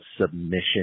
submission